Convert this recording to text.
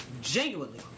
Genuinely